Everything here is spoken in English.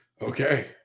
Okay